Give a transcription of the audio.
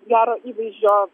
gero įvaizdžio